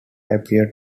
appear